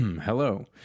Hello